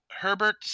Herbert